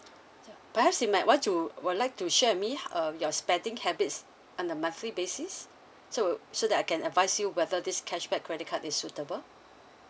perhaps you might want to will like to share with me uh your spending habits on a monthly basis so so that I can advise you whether this cashback credit card is suitable